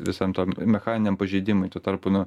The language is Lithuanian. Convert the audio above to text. visam tam mechaniniam pažeidimui tuo tarpu nu